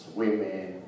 women